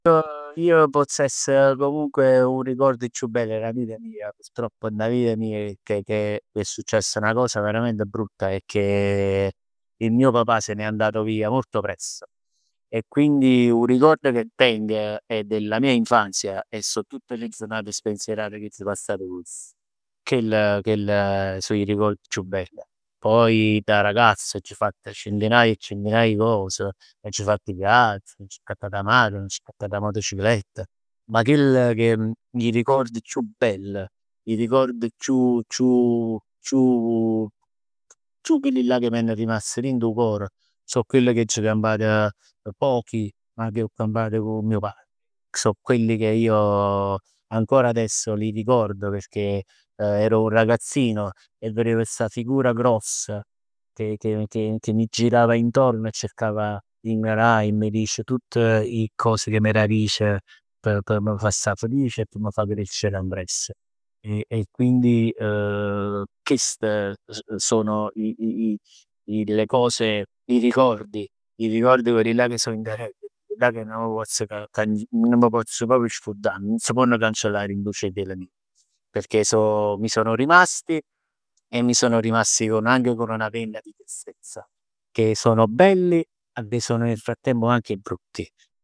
Ij pozz essere comunque, 'o ricordo chiù bello dà vita mia, purtroppo dint 'a vita mia che che è successa 'na cosa veramente brutta, è che il mio papà se n'è andato via molto presto. E quindi 'o ricordo che tengo è della mia infanzia, 'e so tutte le giornate spensierate ch'aggia passat cu iss. Chell chell so 'e ricord chiù belli. Poi da ragazzo aggio fatt centinaia e centinaia 'e cos. Aggio fatt 'e viaggi, m'aggio accattat 'a machin, m'aggio accattat 'a motociclett, ma chell che erano 'e ricord chiù bell, 'e ricord chiù chiù chiù chiù chillillà ch' m'hann rimast dint 'o core so chill ch' aggio campat, pochi, ma che ho campato cu mio padre. So quelli che io, ancora adesso li ricordo perchè ero un ragazzino e verev sta figura grossa, che che mi girava intorno e cercava 'e m' dà e m' dicere tutt 'e cos che m'era dicere p' sta felice e p' m' fa crescere ambress e quindi chest sono i i i i le cose, i ricordi, i ricordi quelli là che so indelebili, chellillà ca nun m' pozz cancellà, nun m' pozz proprj scurdà, nun m' pozzo cancellà dint 'o cereviell meje, sono rimasti anche con una vena di tristezza e sono belli, ma che sono nel frattempo anche brutti